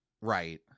Right